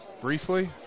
briefly